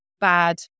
bad